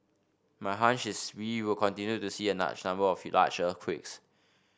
my hunch is we will continue to see a number of large earthquakes